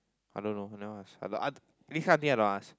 I don't know I never ask I don't I this kind of thing I don't ask